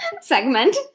segment